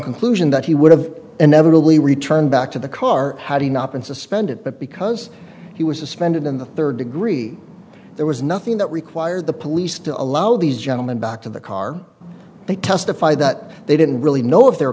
conclusion that he would have inevitably returned back to the car howdy not been suspended but because he was suspended in the third degree there was nothing that required the police to allow these gentlemen back to the car they testified that they didn't really know if they